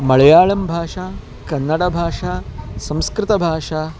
मळयाळंभाषा कन्नडभाषा संस्कृतभाषा